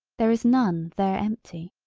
there is none there empty.